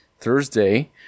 Thursday